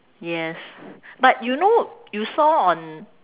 yes but you know you saw on